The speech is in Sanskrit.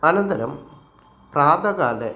अनन्तरं प्रातःकाले